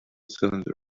cylinder